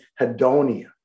hedonia